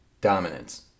Dominance